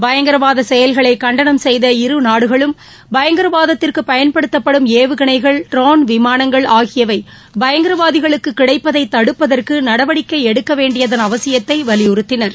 பயங்கரவாத செயல்களை கண்டனம் செய்த இரு நாடுகளும் பயங்கரவாதத்திற்கு பயன்படுத்தப்படும் ஏவுகணைகள் ட்ரோன் விமானங்கள் ஆகியவை பயங்கரவாதிகளுக்குக் கிடைப்பதை தடுப்பதற்கு நடவடிக்கை எடுக்க வேண்டியதன் அவசியத்தை வலியுறுத்தினர்